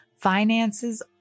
finances